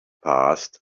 passed